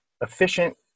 efficient